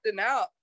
out